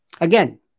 Again